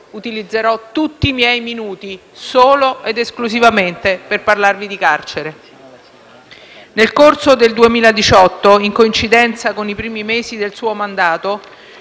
utilizzerò tutti i miei minuti solo per parlare di carcere. Nel corso del 2018, in coincidenza con i primi mesi del suo mandato,